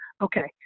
Okay